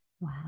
Wow